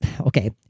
okay